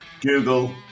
Google